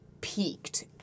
peaked